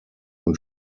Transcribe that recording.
und